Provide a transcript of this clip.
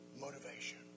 motivation